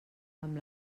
amb